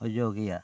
ᱚᱡᱚᱜᱮᱭᱟ